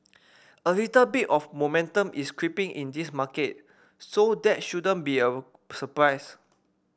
a little bit of momentum is creeping in this market so that shouldn't be a surprise